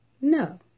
No